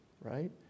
right